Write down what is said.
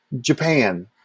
Japan